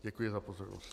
Děkuji za pozornost.